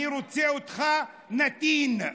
אני רוצה אותך נתין,